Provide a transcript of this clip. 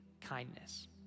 kindness